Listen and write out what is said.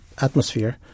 atmosphere